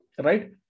right